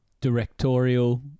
directorial